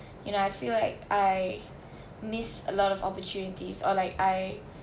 you know I feel like I missed a lot of opportunities or like I